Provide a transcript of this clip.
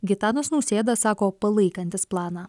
gitanas nausėda sako palaikantis planą